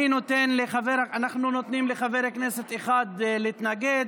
אני נותן, אנחנו נותנים לחבר כנסת אחד להתנגד,